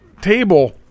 table